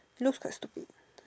looks quite stupid